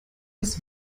das